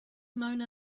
mona